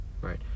Right